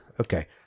Okay